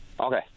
Okay